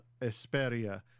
Esperia